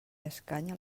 escanya